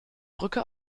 brücke